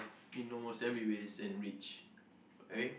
in almost every ways and rich okay